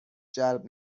جلب